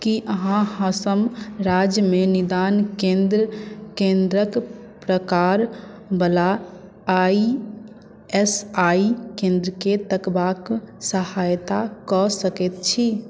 की अहाँ असम राज्यमे निदान केन्द्र केन्द्रक प्रकारवला आई एस आई केन्द्रकेँ तकबाक सहायता कऽ सकैत छी